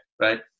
right